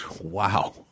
Wow